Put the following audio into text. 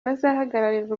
bazahagararira